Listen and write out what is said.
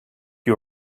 you